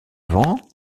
vent